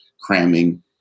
cramming